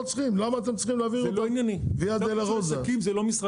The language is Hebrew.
למה צריך להעביר אותם ויה דולורוזה.